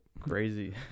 crazy